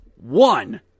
one